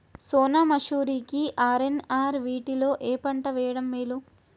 సోనా మాషురి కి ఆర్.ఎన్.ఆర్ వీటిలో ఏ పంట వెయ్యడం మేలు?